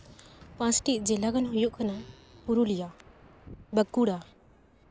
ᱯᱟᱸᱪᱴᱤ ᱡᱮᱞᱟ ᱫᱚ ᱦᱩᱭᱩᱜ ᱠᱟᱱᱟ ᱯᱩᱨᱩᱞᱤᱭᱟᱸ ᱵᱟᱸᱠᱩᱲᱟ